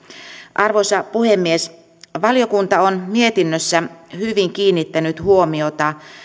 arvoisa puhemies valiokunta on mietinnössä hyvin kiinnittänyt huomiota